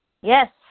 Yes